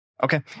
Okay